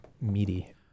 meaty